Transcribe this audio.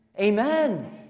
Amen